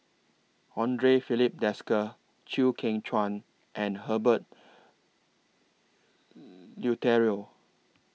Andre Filipe Desker Chew Kheng Chuan and Herbert Eleuterio